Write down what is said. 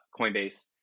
Coinbase